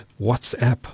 WhatsApp